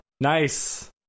Nice